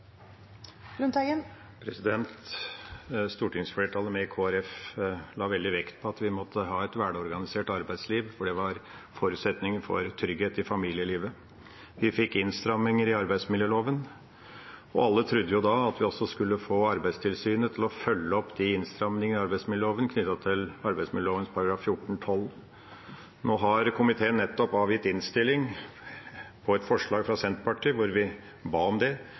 Lundteigen – til oppfølgingsspørsmål. Stortingsflertallet, med Kristelig Folkeparti, la veldig vekt på at vi måtte ha et velorganisert arbeidsliv, for det var forutsetningen for trygghet i familielivet. Vi fikk innstramninger i arbeidsmiljøloven, og alle trodde jo da at vi også skulle få Arbeidstilsynet til å følge opp de innstramningene i arbeidsmiljøloven knyttet til arbeidsmiljøloven § 14-12. Nå har komiteen nettopp avgitt innstilling, og det er et forslag fra Senterpartiet hvor vi ba om det,